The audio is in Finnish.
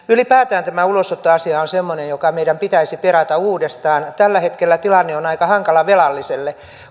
ylipäätään tämä ulosottoasia on semmoinen joka meidän pitäisi perata uudestaan tällä hetkellä tilanne on aika hankala velalliselle